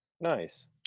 Nice